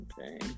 okay